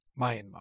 Myanmar